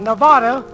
Nevada